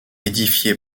édifié